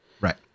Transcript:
right